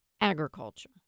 agriculture